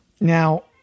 Now